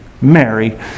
Mary